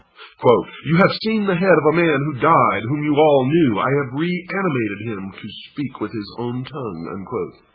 you have seen the head of a man who died, whom you all knew. i have reanimated him to speak with his own tongue. and